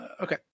Okay